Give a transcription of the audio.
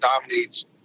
dominates